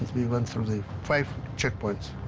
we went through the five check points.